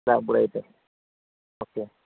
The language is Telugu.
స్లాబ్ కూడా అయిపోయింది ఓకే